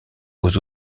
aux